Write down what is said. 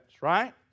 right